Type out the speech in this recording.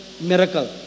miracle